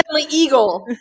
eagle